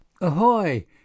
ahoy